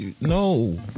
No